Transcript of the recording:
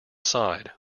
side